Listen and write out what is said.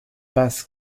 passe